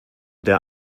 der